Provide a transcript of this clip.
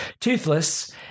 toothless